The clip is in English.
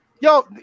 yo